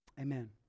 Amen